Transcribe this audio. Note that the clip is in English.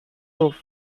roof